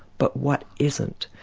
but what isn't,